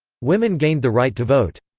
women gained the right to vote.